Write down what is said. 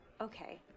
Okay